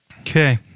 Okay